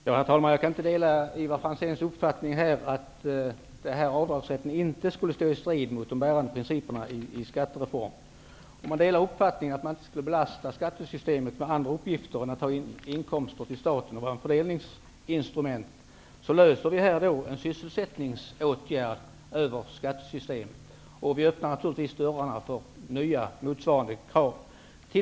Herr talman! Jag kan inte dela Ivar Franzéns uppfattning att denna avdragsrätt inte skulle stå i strid med de bärande principerna i skattereformen. Om man delar uppfattningen att skattesystemet inte skall belastas med andra uppgifter än att ta in inkomster till staten och att vara ett fördelningsinstrument, kan man inte acceptera att ett sysselsättningsproblem här skall lösas via skattesystemet. Vi skulle naturligtvis därigenom också öppna dörrarna för nya motsvarande krav.